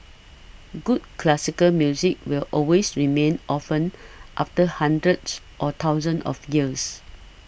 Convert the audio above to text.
good classical music will always remain often after hundreds or thousands of years